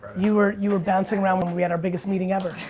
you were you were bouncing around when we had our biggest meeting ever.